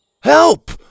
Help